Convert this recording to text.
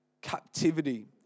captivity